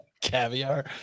caviar